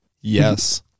Yes